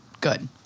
good